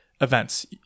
events